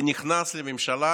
ונכנס לממשלה